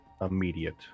immediate